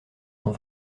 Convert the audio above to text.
sont